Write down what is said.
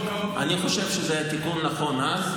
אני חושב שזה היה תיקון נכון אז,